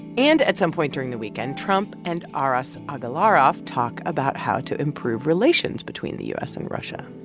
and at some point during the weekend, trump and aras agalarov talk about how to improve relations between the u s. and russia.